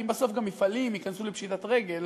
כי אם בסוף גם מפעלים ייכנסו לפשיטת רגל,